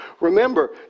remember